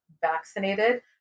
Vaccinated